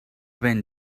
vent